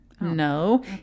no